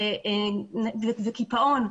וקיפאון.